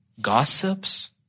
gossips